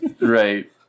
Right